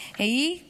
/ היי כמוהן,